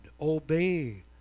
Obey